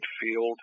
field